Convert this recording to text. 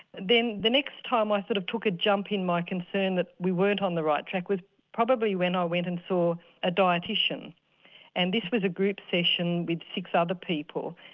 then the next time i sort of took a jump in my concern that we weren't on the right track was probably when i went and saw a dietitian and this was a group session with six other people.